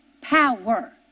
power